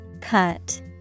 Cut